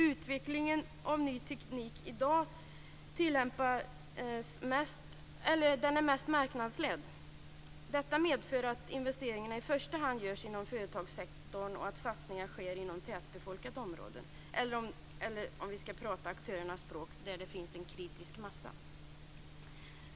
Utvecklingen av ny teknik i dag är mest marknadsledd. Detta medför att investeringarna i första hand görs inom företagssektorn och att satsningarna sker inom tätbefolkat område - eller med aktörernas språk: där det finns en kritisk massa.